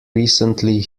recently